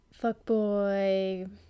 fuckboy